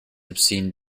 obscene